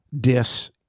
dis